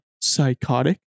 psychotic